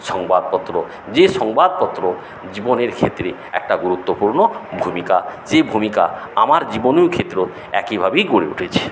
সংবাদপত্র যে সংবাদপত্র জীবনের ক্ষেত্রে একটা গুরুত্বপূর্ণ ভূমিকা যে ভূমিকা আমার জীবনের ক্ষেত্র একইভাবেই গড়ে উঠেছে